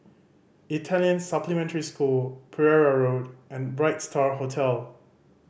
Italian Supplementary School Pereira Road and Bright Star Hotel